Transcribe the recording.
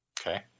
Okay